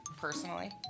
Personally